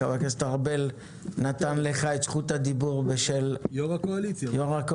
חבר הכנסת ארבל נתן לך את זכות הדיבור כיו"ר הקואליציה.